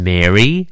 Mary